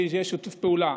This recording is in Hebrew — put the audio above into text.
שיהיה שיתוף פעולה,